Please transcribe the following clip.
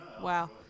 Wow